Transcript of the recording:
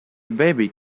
baby